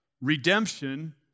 redemption